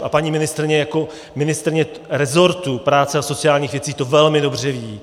A paní ministryně jako ministryně resortu práce a sociálních věcí to velmi dobře ví.